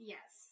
Yes